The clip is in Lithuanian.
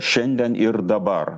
šiandien ir dabar